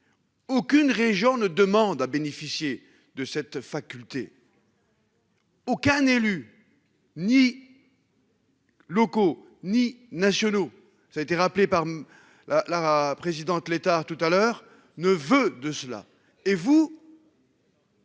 Aucune région ne demandent à bénéficier de cette faculté. Aucun élu. Ni. Locaux ni nationaux. Ça a été rappelé par. La la présidente l'état tout à l'heure ne veut de cela et vous.